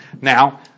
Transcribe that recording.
Now